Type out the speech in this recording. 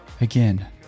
Again